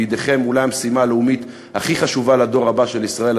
בידיכם אולי המשימה הלאומית הכי חשובה לדור הבא של ישראל,